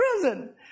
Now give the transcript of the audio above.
prison